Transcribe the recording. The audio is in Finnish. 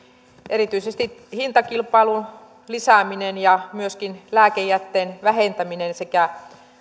erityisesti hintakilpailun lisääminen ja myöskin lääkejätteen vähentäminen sekä